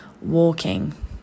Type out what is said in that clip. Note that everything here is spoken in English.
walking